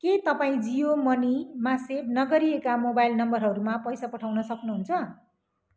के तपाईँ जियो मनीमा सेभ नगरिएका मोबाइल नम्बरहरूमा पैसा पठाउन सक्नुहुन्छ